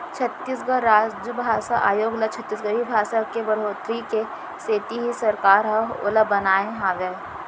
छत्तीसगढ़ राजभासा आयोग ल छत्तीसगढ़ी भासा के बड़होत्तरी के सेती ही सरकार ह ओला बनाए हावय